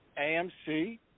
AMC